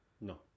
No